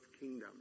kingdom